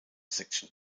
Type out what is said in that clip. section